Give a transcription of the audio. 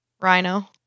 Rhino